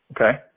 okay